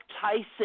Tyson